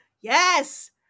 Yes